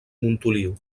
montoliu